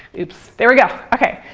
oops, there we go. ok.